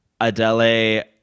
Adele